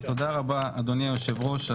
תודה רבה, אדוני היושב-ראש.